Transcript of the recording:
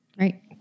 Right